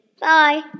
Bye